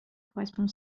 correspond